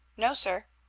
no, sir.